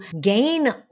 gain